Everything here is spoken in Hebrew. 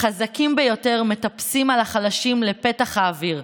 החזקים ביותר מטפסים על החלשים לפתח האוויר.